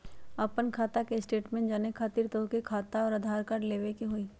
आपन खाता के स्टेटमेंट जाने खातिर तोहके खाता अऊर आधार कार्ड लबे के होइ?